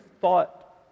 thought